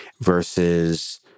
versus